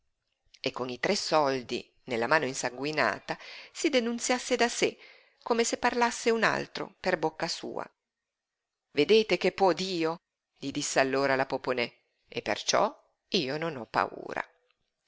e coi tre soldi nella mano insanguinata si denunziasse da sé come se parlasse un altro per bocca sua vedete che può dio gli disse allora la poponè e perciò io non ho paura